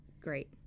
great